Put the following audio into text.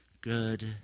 good